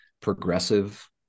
progressive